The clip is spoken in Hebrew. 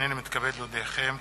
הנני מתכבד להודיעכם,